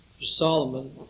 Solomon